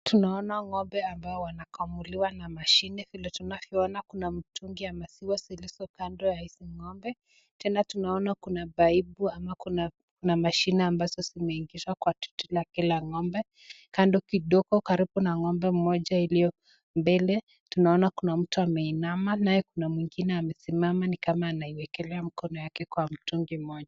Tunaona ng'ombe ambao wanakamuliwa na mashine vile tunaona kuna mtungi ya maziwa zilizo kando ya hizi ng'ombe. Tena tunaona kuna paipu ama kuna kuna mashine ambazo zimeingishwa kwa titi la kila ng'ombe. Kando kidogo karibu na ng'ombe mmoja iliyo mbele, tunaona kuna mtu ameinama. Naye kuna mwingine amesimama ni kama anaiwekelea mkono yake kwa mtungi mmoja.